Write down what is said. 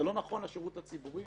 זה גם לא נכון לשירות הציבורי